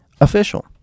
official